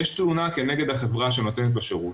יש תלונה כנגד החברה שנותנת לו שירות,